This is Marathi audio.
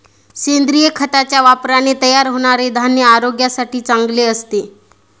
सेंद्रिय खताच्या वापराने तयार होणारे धान्य आरोग्यासाठी चांगले असते